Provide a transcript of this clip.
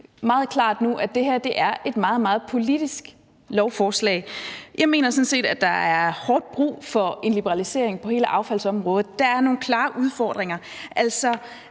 et meget, meget politisk lovforslag. Jeg mener sådan set, at der er hårdt brug for en liberalisering på hele affaldsområdet. Der er nogle klare udfordringer.